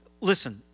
listen